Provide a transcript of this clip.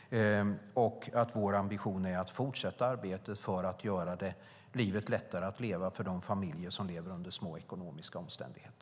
Vår ambition är att fortsätta arbetet för att göra livet lättare att leva för de familjer som lever under små ekonomiska omständigheter.